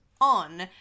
on